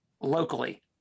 locally